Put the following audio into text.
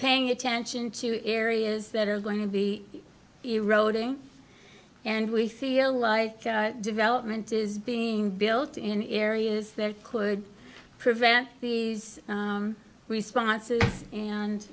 paying attention to areas that are going to be eroding and we feel like development is being built in areas that could prevent these responses and